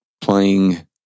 playing